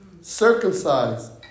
Circumcised